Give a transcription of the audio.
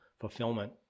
fulfillment